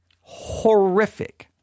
Horrific